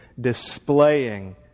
displaying